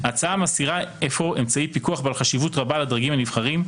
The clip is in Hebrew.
ההצעה מסירה אפוא אמצעי פיקוח בעל חשיבות רבה מעל הדרגים הנבחרים,